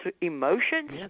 emotions